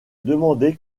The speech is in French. demandait